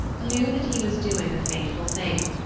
knew that he was doing a fateful thing.